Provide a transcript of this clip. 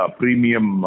premium